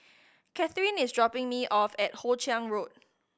Cathrine is dropping me off at Hoe Chiang Road